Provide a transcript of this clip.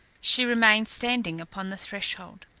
she remained standing upon the threshold.